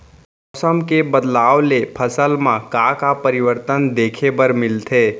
मौसम के बदलाव ले फसल मा का का परिवर्तन देखे बर मिलथे?